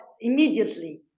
immediately